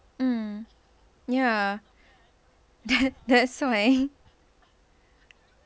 mm ya that that's why